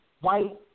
white